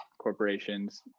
corporations